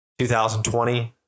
2020